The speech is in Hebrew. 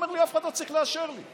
הוא אומר לי: אף אחד לא צריך לאשר לי.